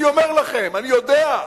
אני אומר לכם, אני יודע.